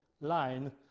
line